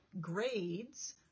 grades